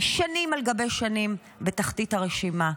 שנים על גבי שנים בתחתית הרשימה,